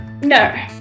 No